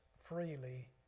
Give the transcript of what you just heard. freely